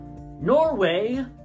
Norway